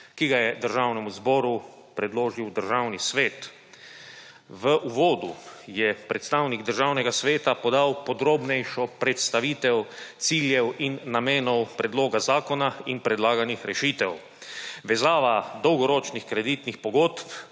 ki ga je Državnemu zboru predložil Državni svet. V uvodu je predstavnik Državnega sveta podal podrobnejšo predstavitev ciljev in namenov predloga zakona in predlaganih rešitev. Vezava dolgoročnih kreditnih pogodb